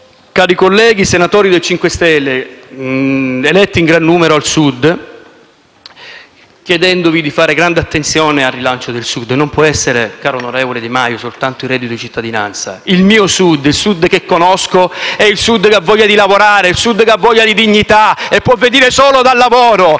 cari colleghi, senatori del Movimento 5 Stelle, eletti in gran numero al Sud, chiedendovi di fare grande attenzione al rilancio del Sud che non può consistere, caro onorevole Di Maio, soltanto nel reddito di cittadinanza. Il mio Sud, il Sud che conosco, è il Sud che ha voglia di lavorare, che ha voglia di dignità, che può venire solo dal lavoro,